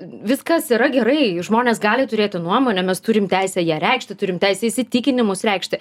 viskas yra gerai žmonės gali turėti nuomonę mes turim teisę ją reikšti turim teisę įsitikinimus reikšti